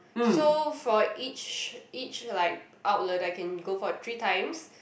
so for each each like outlet I can go for three times